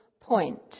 point